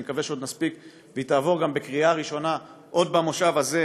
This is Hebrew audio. ואני מקווה שעוד נספיק והיא תעבור גם בקריאה ראשונה עוד בכנס הזה,